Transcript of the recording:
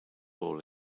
ball